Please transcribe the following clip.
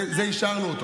את זה אישרנו.